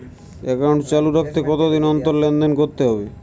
Account চালু রাখতে কতদিন অন্তর লেনদেন করতে হবে?